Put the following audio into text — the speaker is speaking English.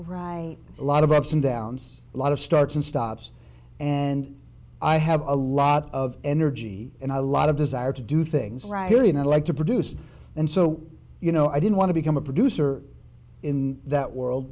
right i lot of ups and downs a lot of starts and stops and i have a lot of energy and a lot of desire to do things right here and i'd like to produce and so you know i didn't want to become a producer in that world